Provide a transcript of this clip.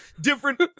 different